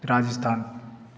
Rajasthan